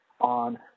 on